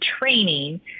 training